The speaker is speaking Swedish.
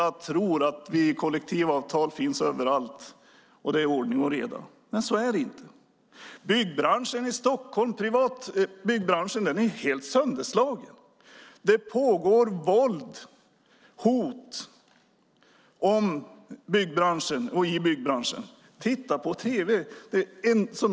Vi tror att kollektivavtal finns överallt och att det är ordning och reda, men så är det inte. Den privata byggbranschen i Stockholm är sönderslagen. Det förekommer våld och hot i byggbranschen. Titta på tv!